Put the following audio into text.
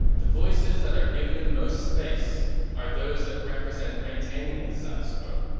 the voices that are given the most space are those that represent maintaining the status quo.